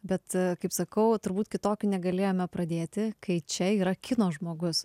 bet kaip sakau turbūt kitokiu negalėjome pradėti kai čia yra kino žmogus